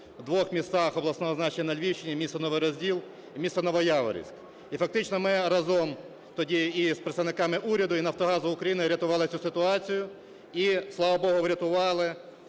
у двох містах обласного значення на Львівщині: місто Новий Розділ і місто Новояворівськ. І фактично ми разом тоді і з представниками уряду, і "Нафтогазу України" рятували цю ситуацію. І, слава Богу, врятували,